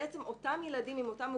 ואותם ילדים עם אותן מוגבלויות,